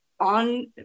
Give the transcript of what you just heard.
on